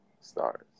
stars